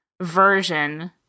version